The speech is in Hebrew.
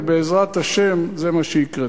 ובעזרת השם זה מה שיקרה.